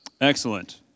Excellent